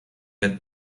with